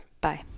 Bye